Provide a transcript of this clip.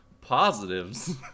positives